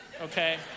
okay